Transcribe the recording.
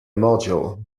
module